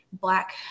Black